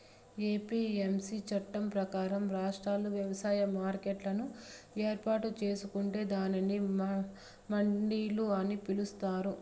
APMC చట్టం ప్రకారం, రాష్ట్రాలు వ్యవసాయ మార్కెట్లను ఏర్పాటు చేసుకొంటే దానిని మండిలు అని పిలుత్తారు